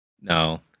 No